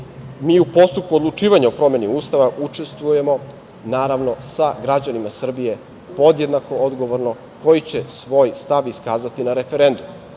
mi u postupku odlučivanja o promeni Ustava učestvujemo, naravno, sa građanima Srbije podjednako odgovorno, koji će svoj stav iskazati na referendumu.